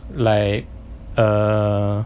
like err